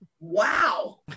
wow